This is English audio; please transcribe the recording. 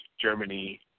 Germany